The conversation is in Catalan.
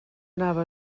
anava